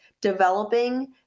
developing